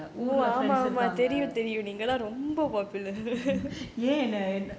ஊர்ல:urla friends இருக்காங்க ஏன்:irukaanga yaen